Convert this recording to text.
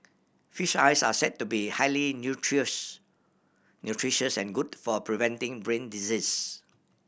fish eyes are said to be highly nutritious and good for preventing brain disease